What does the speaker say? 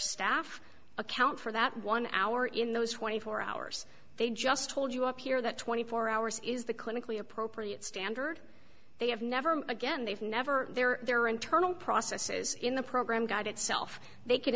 staff account for that one hour in those twenty four hours they just told you up here that twenty four hours is the clinically appropriate standard they have never again they've never they're there are internal processes in the program guide itself they can